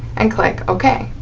and click ok.